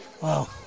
Wow